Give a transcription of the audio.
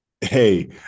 hey